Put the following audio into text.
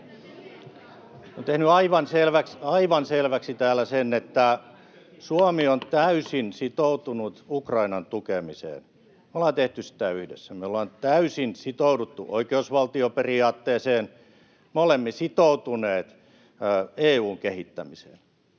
Olen tehnyt aivan selväksi täällä sen, että Suomi on täysin sitoutunut Ukrainan tukemiseen, me ollaan tehty sitä yhdessä. Me ollaan täysin sitouduttu oikeusvaltioperiaatteeseen. Me olemme sitoutuneet EU:n kehittämiseen.